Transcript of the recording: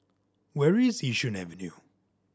where is Yishun Avenue